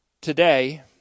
Today